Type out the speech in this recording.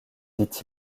dit